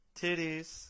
titties